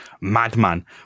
madman